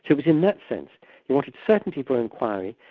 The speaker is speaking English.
it was in that sense he wanted certainty for inquiry,